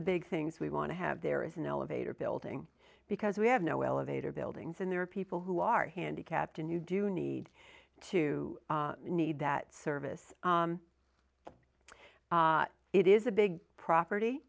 the big things we want to have there is an elevator building because we have no elevator buildings and there are people who are handicapped and you do need to need that service it is a big property